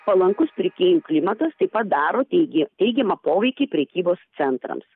palankus pirkėjų klimatas taip pat daro taigi teigiamą poveikį prekybos centrams